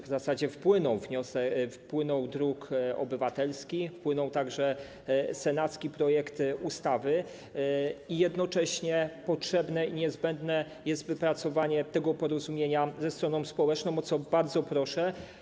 W zasadzie wpłynął druk obywatelski, wpłynął także senacki projekty ustawy i jednocześnie potrzebne i niezbędne jest wypracowanie tego porozumienia ze stroną społeczną, o co bardzo proszę.